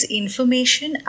information